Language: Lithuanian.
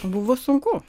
buvo sunku